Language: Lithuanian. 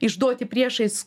išduoti priešais